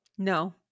No